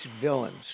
villains